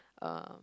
um